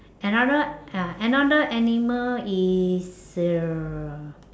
another uh another animal is err